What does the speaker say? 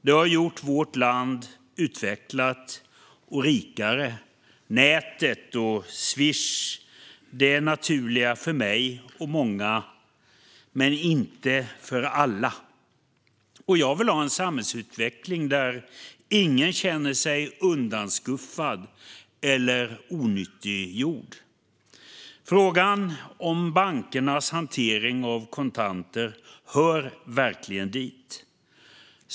Det har gjort vårt land utvecklat och rikare. Nätet och Swish är naturliga för mig och många andra, men inte för alla. Jag vill ha en samhällsutveckling där ingen känner sig undanskuffad eller onyttiggjord. Frågan om bankernas hantering av kontanter hör verkligen hit.